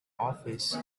office